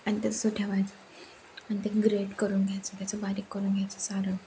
आणि तसंच ठेवायचं आणि ते ग्रेट करून घ्यायचं त्याचं बारीक करून घ्यायचं सारण